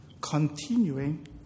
continuing